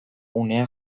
unea